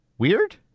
Weird